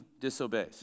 disobeys